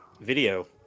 video